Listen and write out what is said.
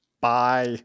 Bye